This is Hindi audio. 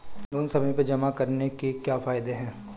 लोंन समय पर जमा कराने के क्या फायदे हैं?